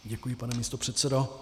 Děkuji, pane místopředsedo.